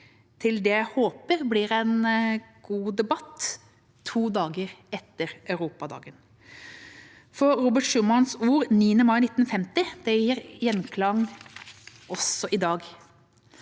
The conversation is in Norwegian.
til det jeg håper blir en god debatt, to dager etter Europadagen. For Robert Schumans ord den 9. mai 1950 gir gjenklang også i dag: